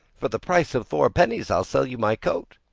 for the price of four pennies, i'll sell you my coat.